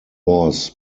was